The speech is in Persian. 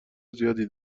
زیادی